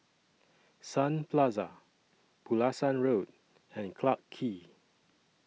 Sun Plaza Pulasan Road and Clarke Quay